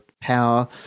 power